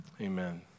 Amen